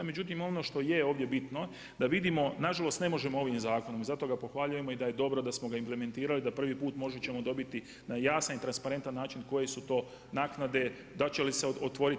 Međutim ono što je ovdje bitno da vidimo, nažalost ne možemo ovim zakonom i zato ga pohvaljujemo i da je dobro da smo ga implementirali i da prvi put možda ćemo dobiti na jasan i transparentan način koje su to naknade da li će se otvoriti.